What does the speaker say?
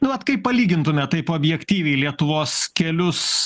nu vat kaip palygintumėt taip objektyviai lietuvos kelius